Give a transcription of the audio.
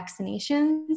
vaccinations